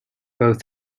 both